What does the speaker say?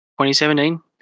2017